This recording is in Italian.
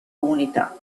comunità